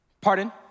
Pardon